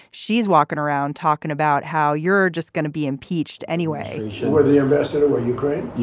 she's walking around talking about how you're just going to be impeached anyway you were the ambassador or ukraine. yeah.